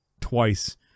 twice